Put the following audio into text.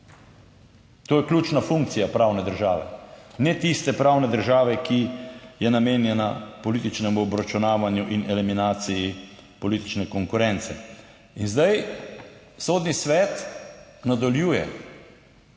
To je ključna funkcija pravne države, ne tiste pravne države, ki je namenjena političnemu obračunavanju in eliminaciji politične konkurence. In zdaj Sodni svet nadaljuje